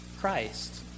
Christ